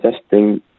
testing